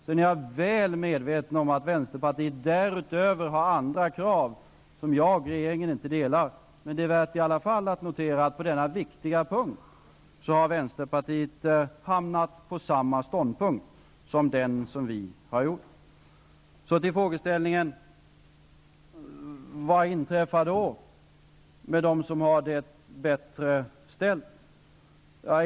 Sedan är jag väl medveten om att vänsterpartiet därutöver har andra krav, som regeringen inte delar, men det är i alla fall värt att notera att vänsterpartiet på denna viktiga punkt har hamnat på samma ståndpunkt som vi. Så till frågeställningen om vad som inträffar med dem som har det bättre ställt.